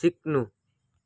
सिक्नु